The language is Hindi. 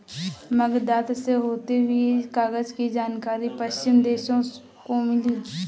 बगदाद से होते हुए कागज की जानकारी पश्चिमी देशों को मिली